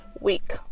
week